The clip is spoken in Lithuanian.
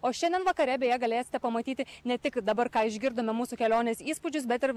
o šiandien vakare beje galėsite pamatyti ne tik dabar ką išgirdome mūsų kelionės įspūdžius bet ir